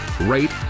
rate